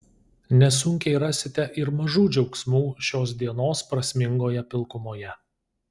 nesunkiai rasite ir mažų džiaugsmų šios dienos prasmingoje pilkumoje